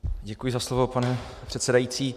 Děkuji za slovo, pane předsedající.